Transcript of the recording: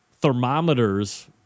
thermometers